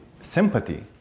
sympathy